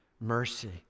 Mercy